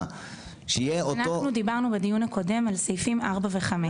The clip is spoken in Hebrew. שיהיה אותו --- אנחנו דיברנו בדיון הקודם על סעיפים 4 ו-5.